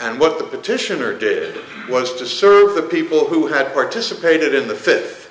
and what the petitioner did was to serve the people who had participated in the fish